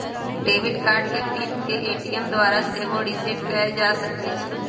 debit card के PIN के ATM द्वारा सेहो रीसेट कएल जा सकै छइ